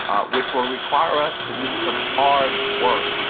which will require us to do some hard work,